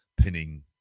pinning